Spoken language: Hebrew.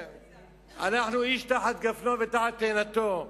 אנחנו איש תחת גפנו ותחת תאנתו.